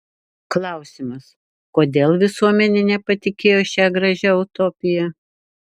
klausimas kodėl visuomenė nepatikėjo šia gražia utopija